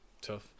tough